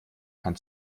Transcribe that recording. kann